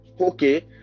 okay